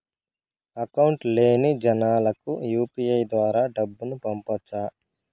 Account లేని జనాలకు UPI ద్వారా డబ్బును పంపొచ్చా?